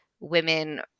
women